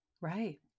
Right